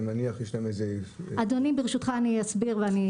ממונה על הייעוץ המשפטי ברשות הספנות והנמלים.